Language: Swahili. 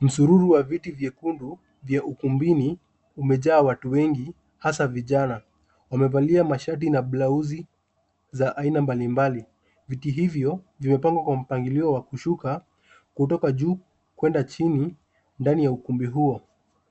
Msururu wa viti vyekundu vya ukumbini vimejaa watu wengi hasa vijana waliovalia mashati na blauzi za aina mbalimbali. Viti hivyo vimepangwa kwa mpangilio wa kushuka kutoka juu kwenda chini ndani ya ukumbi huo;